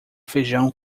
feijão